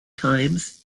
times